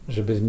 Żeby